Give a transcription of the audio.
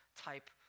type